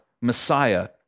Messiah